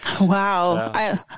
Wow